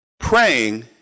praying